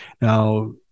Now